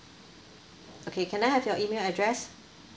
okay can I have your email address